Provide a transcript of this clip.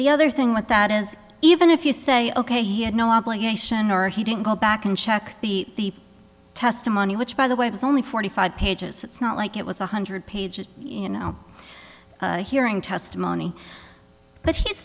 the other thing with that is even if you say ok he had no obligation or he didn't go back and check the testimony which by the way it's only forty five pages it's not like it was one hundred pages you know hearing testimony but he